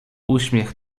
uśmiech